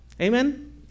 Amen